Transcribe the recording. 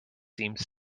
seems